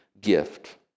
gift